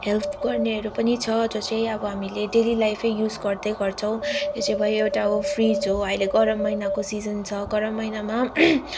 help गर्नेहरू पनि छ जो चाहिँ अब हामीले डेली लाइफमै युज गर्दै गर्छौँ यो चाहिँ भयो एउटा हो फ्रिज हो अहिले गरम महिनाको सिजन छ गरम महिनामा